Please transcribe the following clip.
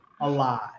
alive